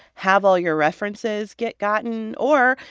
have all your references get gotten, or,